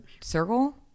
circle